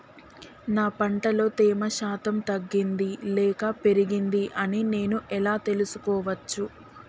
నా పంట లో తేమ శాతం తగ్గింది లేక పెరిగింది అని నేను ఎలా తెలుసుకోవచ్చు?